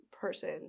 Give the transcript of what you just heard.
person